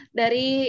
dari